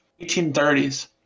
1830s